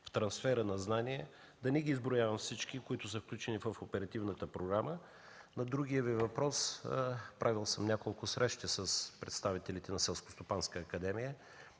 трансферът на знания – да не изброявам всички, които са включени в Оперативната програма. На другия Ви въпрос – правил съм няколко срещи с представителите на